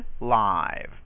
live